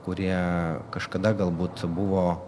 kurie kažkada galbūt buvo